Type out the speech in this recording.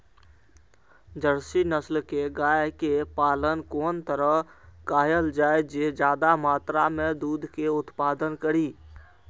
Jersey नस्ल के गाय के पालन कोन तरह कायल जाय जे ज्यादा मात्रा में दूध के उत्पादन करी?